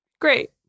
Great